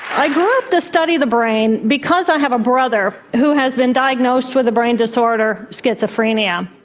i grew up to study the brain because i have a brother who has been diagnosed with a brain disorder, schizophrenia.